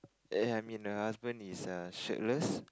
err I mean the husband is err shirtless